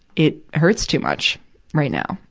it hurts too much right now.